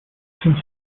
since